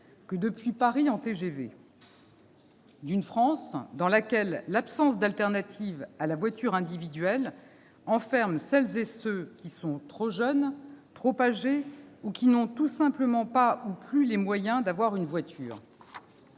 que depuis Paris par le TGV ; d'une France dans laquelle l'absence d'alternative à la voiture individuelle enferme celles et ceux qui sont trop jeunes, trop âgés ou qui n'ont tout simplement pas ou plus les moyens d'avoir une voiture.